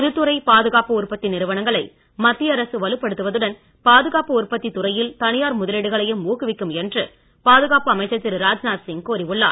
பொதுத் துறை பாதுகாப்பு உற்பத்தி நிறுவனங்களை மத்திய அரசு வலுப்படுத்துவதுடன் பாதுகாப்பு உற்பத்தி துறையில் தனியார் முதலீடுகளையும் ஊக்குவிக்கும் என்று பாதுகாப்பு அமைச்சர் திரு ராஜ்நாத் சிங் கூறியுள்ளார்